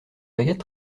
baguette